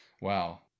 Wow